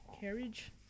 carriage